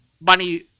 bunny